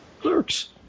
clerks